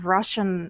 Russian